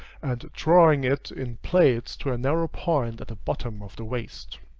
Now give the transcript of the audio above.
and drawing it in plaits to a narrow point at the bottom of the waist.